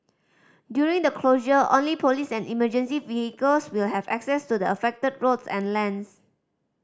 during the closure only police and emergency vehicles will have access to the affected roads and lanes